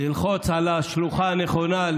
ללחוץ על השלוחה הנכונה,